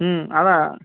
ம் அதான்